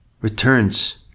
returns